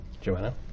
Joanna